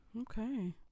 Okay